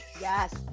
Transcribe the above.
Yes